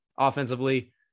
offensively